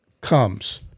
comes